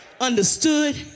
understood